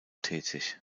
tätig